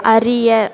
அறிய